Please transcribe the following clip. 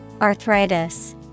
Arthritis